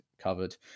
covered